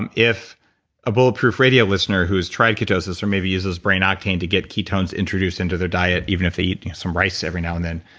and if a bulletproof radio listener who has tried ketosis or maybe uses brain octane to get ketones introduced into their diet even if they eat some rice every now and then,